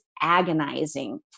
agonizing